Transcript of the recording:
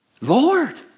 Lord